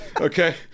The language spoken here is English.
okay